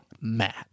mad